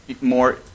more